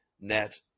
net